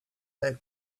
that